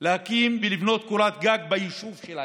להקים ולבנות קורת גג ביישוב שלהם.